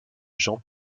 jean